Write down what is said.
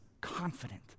confident